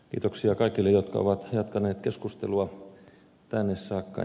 kiitoksia kaikille jotka ovat jatkaneet keskustelua tänne saakka